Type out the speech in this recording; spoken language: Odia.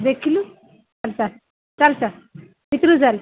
ଦେଖିଲୁ ଚାଲ୍ ଚାଲ୍ ଭିତରକୁ ଚାଲ୍